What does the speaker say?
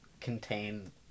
contain